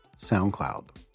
SoundCloud